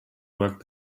work